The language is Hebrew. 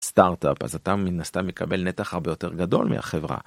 סטארטאפ אז אתה מן הסתם מקבל נתח הרבה יותר גדול מהחברה.